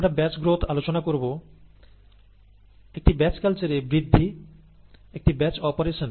আমরা batch growth আলোচনা করব একটি ব্যাচ কালচারে বৃদ্ধি একটি ব্যাচ অপারেশনে